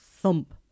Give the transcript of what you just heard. thump